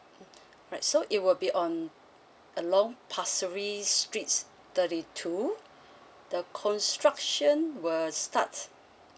right so it will be on along pasir ris streets thirty two the construction will starts